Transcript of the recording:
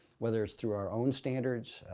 whether it's through our own standards.